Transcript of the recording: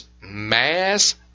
mass